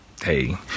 hey